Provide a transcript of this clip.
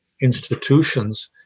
institutions